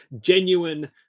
genuine